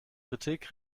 kritik